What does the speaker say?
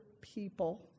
people